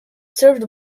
served